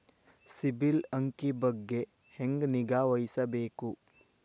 ಸಿಬಿಲ್ ಅಂಕಿ ಬಗ್ಗೆ ಹೆಂಗ್ ನಿಗಾವಹಿಸಬೇಕು?